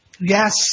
Yes